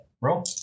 Roll